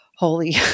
Holy